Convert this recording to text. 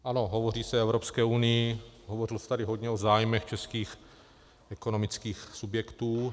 Ano, hovoří se o Evropské unii, hovořilo se tady hodně o zájmech českých ekonomických subjektů.